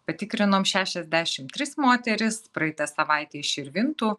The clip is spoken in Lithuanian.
patikrinom šešiasdešim tris moteris praeitą savaitę iš širvintų